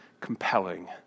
compelling